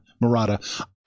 Murata